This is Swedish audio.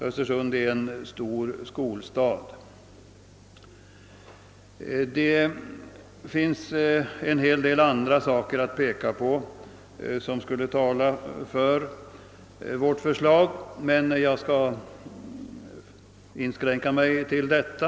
Östersund är en stor skolstad. Det finns en hel del andra förhållanden som talar för vårt förslag, men jag skall inskränka mig till det anförda.